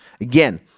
Again